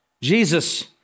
Jesus